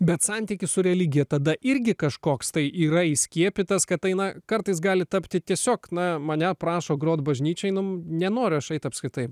bet santykis su religija tada irgi kažkoks tai yra įskiepytas kad daina kartais gali tapti tiesiog na mane prašo groti bažnyčioje mums nenoras eiti apskritai